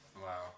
Wow